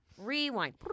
rewind